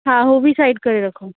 हा हू बि साइड करे रखो